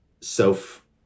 self